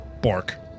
bark